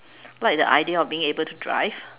like the idea of being able to drive